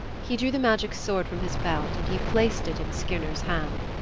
he drew the magic sword from his belt and he placed it in skirnir's hand.